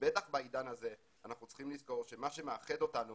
ובטח בעידן הזה אנחנו צריכים לזכור שמה שמאחד אותנו